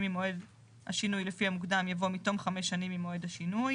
ממועד השינוי לפי המוקדם" יבוא "מתום חמש שנים ממועד השינוי"